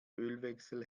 ölwechsel